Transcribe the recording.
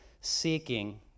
seeking